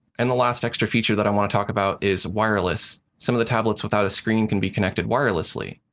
and the last extra feature that i want to talk about is wireless. some of the tablets without a screen can be connected wirelessly.